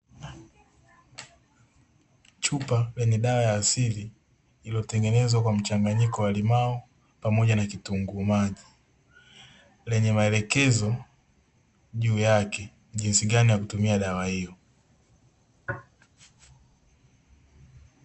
Chupa yenye dawa ya asili iliyotengenezwa kwa mchanganyiko wa limao pamoja na kitunguu maji, lenye maelekezo juu yake jinsi gani ya kutumia dawa hiyo.